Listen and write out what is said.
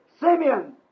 Simeon